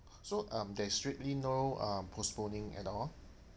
so um there's strictly no uh postponing at all